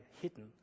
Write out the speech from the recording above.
hidden